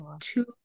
two